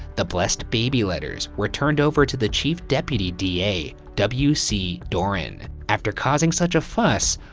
the blessed baby letters were turned over to the chief deputy da w c. doran. after causing such a fuss,